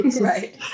right